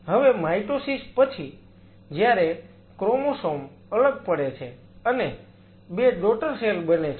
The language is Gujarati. હવે માયટોસિસ પછી જયારે ક્રોમોસોમ અલગ પડે છે અને 2 ડોટર સેલ બને છે